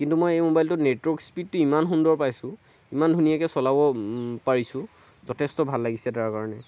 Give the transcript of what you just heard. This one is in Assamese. কিন্তু মই এই ম'বাইলটোত নেটৱৰ্ক স্পীডটো ইমান সুন্দৰ পাইছোঁ ইমান ধুনীয়াকৈ চলাব পাৰিছোঁ যথেষ্ট ভাল লাগিছে তাৰ কাৰণে